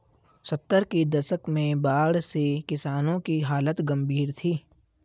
सत्तर के दशक में बाढ़ से किसानों की हालत गंभीर थी